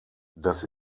das